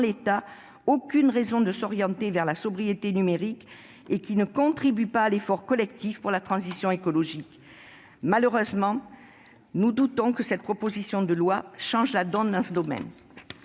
l'état, aucune raison de s'orienter vers la sobriété numérique et qui ne contribuent pas à l'effort collectif pour la transition écologique. Malheureusement, nous doutons que cette proposition de loi change la donne en la matière